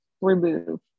remove